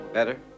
Better